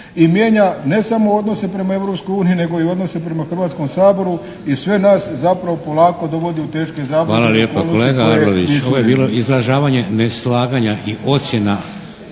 i mijenja ne samo odnose prema Europskoj uniji nego i odnose prema Hrvatskom saboru i sve nas zapravo polako dovodi u teške zablude … **Šeks, Vladimir (HDZ)** Hvala lijepa kolega Arlović. Ovo je bilo izražavanje neslaganja i ocjena